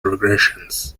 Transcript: regressions